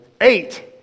eight